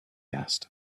asked